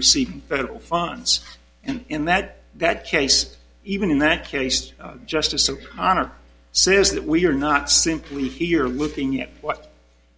receiving federal funds and in that that case even in that case justice o'connor says that we are not simply here looking at what